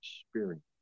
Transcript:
experience